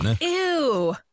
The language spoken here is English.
Ew